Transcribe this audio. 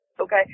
Okay